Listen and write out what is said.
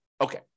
Okay